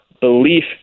belief